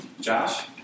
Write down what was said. Josh